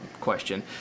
question